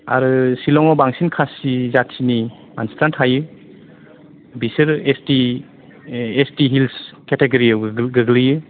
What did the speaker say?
आरो सिलंआव बांसिन खासि जाथिनि मानसिफ्रानो थायो बिसोरो S T S T hills केटेग'रियाव गोग्लैयो